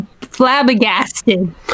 flabbergasted